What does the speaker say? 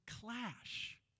clash